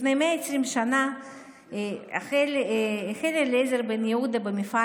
לפני 120 שנים החל אליעזר בן יהודה במפעל